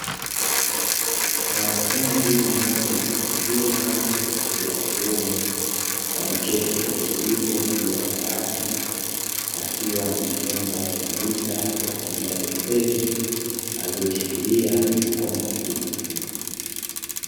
Mwanafunzi mmoja mtu mzima wa jinsia ya kiume, ameketi kwa utulivu juu ya dawati. Akiwa anajifunza kuandika kwa kutumia penseli aliyoishikilia kweny mkono wa kulia.